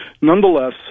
Nonetheless